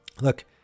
look